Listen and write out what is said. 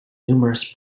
numerous